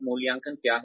मूल्यांकन क्या है